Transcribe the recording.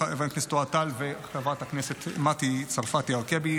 חברי הכנסת אוהד טל וחברת הכנסת מטי צרפתי הרכבי.